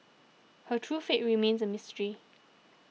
her true fate remains a mystery